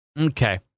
Okay